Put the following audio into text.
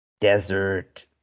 desert